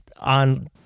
on